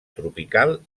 tropical